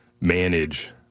manage